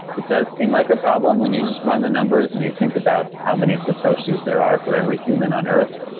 it does seem like a problem when you just run the numbers and you think about how many satoshis there are for every human on earth.